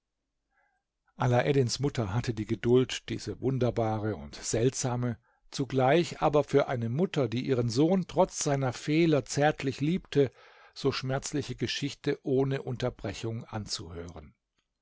alaeddins mutter hatte die geduld diese wunderbare und seltsame zugleich aber für eine mutter die ihren sohn trotz seiner fehler zärtlich liebte so schmerzliche geschichte ohne unterbrechung anzuhören